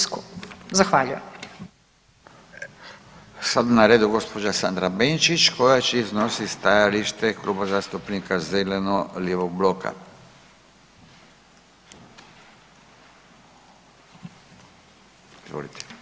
Sad je na redu gđa. Sandra Benčić koja će iznosit stajalište Kluba zastupnika zeleno-lijevog bloka, izvolite.